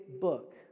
book